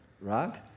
Right